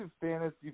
fantasy